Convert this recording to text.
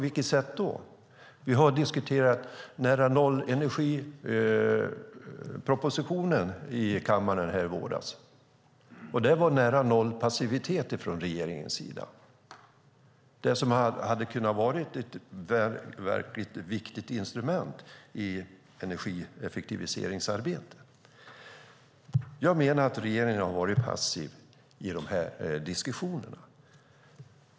Vi diskuterade nära-noll-energipropositionen i kammaren i våras. Det som hade kunnat vara ett verkligt viktigt instrument i energieffektiviseringsarbetet var nära-noll-passivitet från regeringen. Jag menar att regeringen har varit passiv i de här diskussionerna.